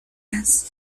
است